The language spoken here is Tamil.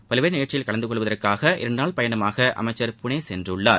பல்வேறு நிகழ்ச்சிகளில் கலந்துகொள்வதற்காக இரண்டுநாள் பயணமாக அமைச்சர் புனே சென்றுள்ளார்